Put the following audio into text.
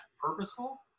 purposeful